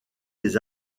des